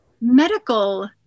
medical